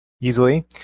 easily